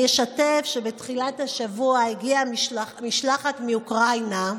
אני אשתף שבתחילת השבוע הגיעה משלחת מאוקראינה.